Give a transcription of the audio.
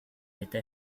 esta